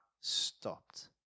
stopped